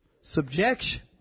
subjection